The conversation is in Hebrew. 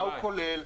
מה הוא כולל,